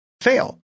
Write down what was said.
fail